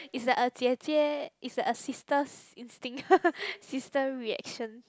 it's like a 姐姐 it's like a sister's instinct sister reaction